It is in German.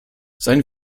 seien